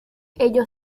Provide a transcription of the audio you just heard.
ello